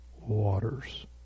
waters